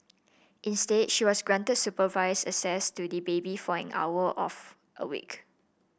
instead she was granted supervised access to the baby for an hour off a week